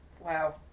Wow